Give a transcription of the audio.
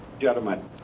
gentlemen